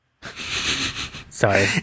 Sorry